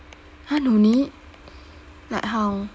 !huh! no need like how